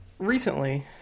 Recently